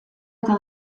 eta